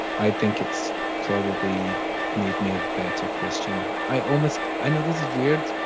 i think it's probably made me a better christian. i almost i know this is weird,